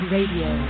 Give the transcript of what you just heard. Radio